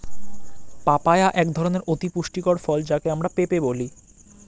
papaya এক ধরনের অতি পুষ্টিকর ফল যাকে আমরা পেঁপে বলি